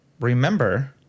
remember